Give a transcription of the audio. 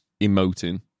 emoting